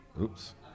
Oops